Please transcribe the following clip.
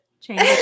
change